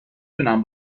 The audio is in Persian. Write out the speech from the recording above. تونم